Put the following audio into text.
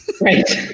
right